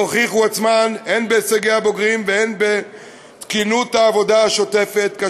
שהוכיחו עצמן הן בהישגי הבוגרים והן בתקינות העבודה השוטפת,